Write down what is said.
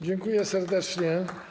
Dziękuję serdecznie.